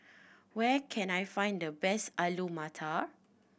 where can I find the best Alu Matar